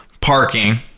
parking